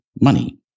money